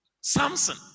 Samson